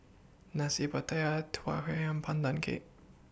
Nasi Pattaya Tua Huay and Pandan Cake